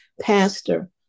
pastor